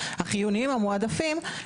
החיוניים המועדפים,